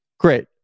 great